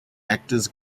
actors